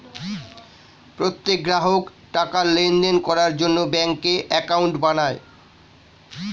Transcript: প্রত্যেক গ্রাহক টাকার লেনদেন করার জন্য ব্যাঙ্কে অ্যাকাউন্ট বানায়